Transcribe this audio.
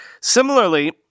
Similarly